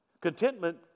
Contentment